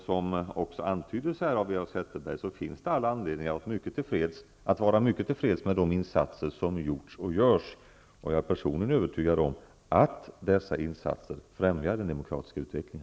Som också antyddes av Eva Zetterberg finns det anledning att vara mycket tillfreds med de insatser som gjort och som görs. Jag är personligen övertygad om att dessa insatser främjar den demokratiska utvecklingen.